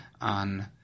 on